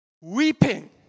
weeping